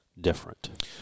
different